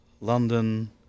London